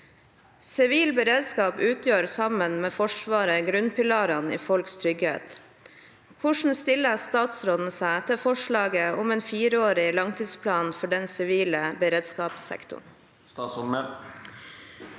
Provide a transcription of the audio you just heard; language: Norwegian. Sivil beredskap utgjør sammen med Forsvaret grunnpilarene i folks trygghet. Hvordan stiller statsråden seg til forslaget om en fireårig langtidsplan for den sivile beredskapssektoren?»